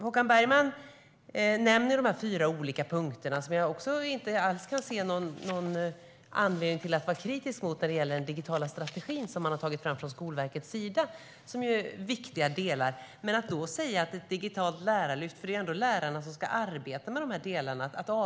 Håkan Bergman nämner de fyra olika punkterna, som jag inte alls kan se någon anledning till att vara kritisk mot när det gäller den digitala strategi som man har tagit fram från Skolverkets sida, som är viktiga delar. Men då undrar jag varför man avfärdar ett digitalt lärarlyft på det sättet - det är ändå lärarna som ska arbeta med de delarna.